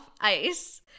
ice